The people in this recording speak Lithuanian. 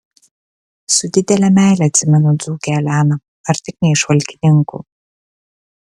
su didele meile atsimenu dzūkę eleną ar tik ne iš valkininkų